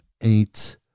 eight